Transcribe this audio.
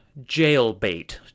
Jailbait